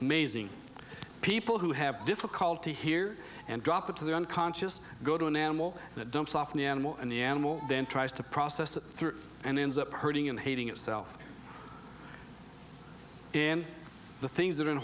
amazing people who have difficulty here and drop into the unconscious go to an animal that dumps off the animal and the animal then tries to process it through and ends up hurting and hating itself in the things that are in